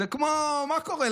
זה כמו: מה קורה,